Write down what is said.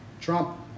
Trump